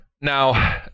Now